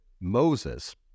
Moses